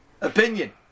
Opinion